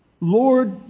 Lord